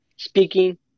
Speaking